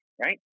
right